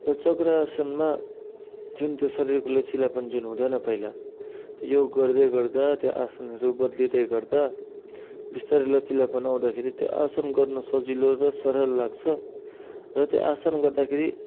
र चक्र आसनमा जुन त्यो शरीरको लचिलोपन जुन हुँदैन पहिला योग गर्दै गर्दा त्यो आसनहरू बद्लिँदै गर्दा बिस्तारै लचिलोपन आउँदाखेरि त्यो आसन गर्नु सजिलो र सरल लाग्छ र त्यो आसन गर्दाखेरि